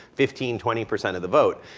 fifteen twenty percent of the vote.